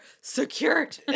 secured